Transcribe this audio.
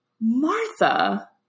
Martha